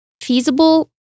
feasible